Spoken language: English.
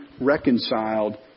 reconciled